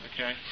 okay